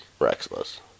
Rexless